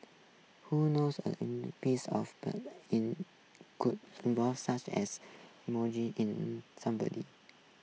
who knows a piece of in could evoke such as in somebody